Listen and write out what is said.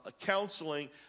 counseling